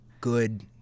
Good